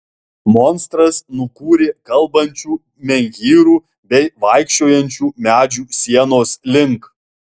monstras nukūrė kalbančių menhyrų bei vaikščiojančių medžių sienos link